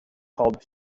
called